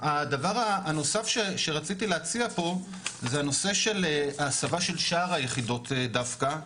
הדבר הנוסף שרציתי להציע פה זה הנושא של ההסבה של שאר היחידות דווקא.